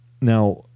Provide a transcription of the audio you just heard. Now